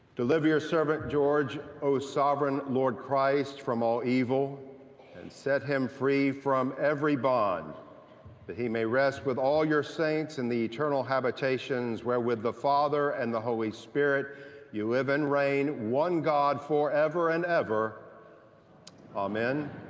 deliver your servant george o sovereign lord christ from evil and set him free from every bond that he may rest with all your saints and the eternal habitations where with the father and the holy spirit you live and rain one god forever and ever amen.